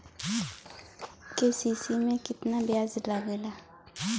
KCC में ब्याज कितना लागेला?